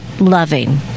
loving